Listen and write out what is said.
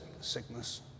sickness